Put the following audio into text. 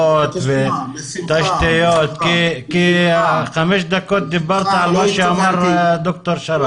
כי חמש דקות דיברת על מה שאמר ד"ר שרף.